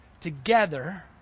together